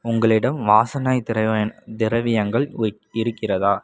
உங்களிடம் வாசனை திரவியன் திரவியங்கள் இருக்கின்றதா